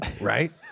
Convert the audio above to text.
Right